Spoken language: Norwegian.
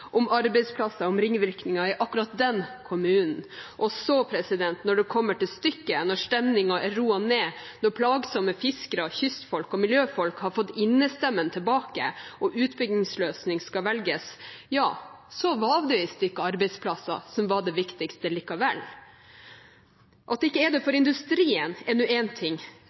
om arbeidsplasser og ringvirkninger i akkurat den kommunen. Og så, når det kommer til stykket, når stemningen er roet ned, når plagsomme fiskere, kystfolk og miljøfolk har fått innestemmen tilbake og utbyggingsløsning skal velges, ja så var det visst ikke arbeidsplasser som var det viktigste likevel. At de ikke er der for industrien er nå én ting,